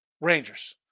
Rangers